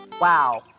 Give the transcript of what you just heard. Wow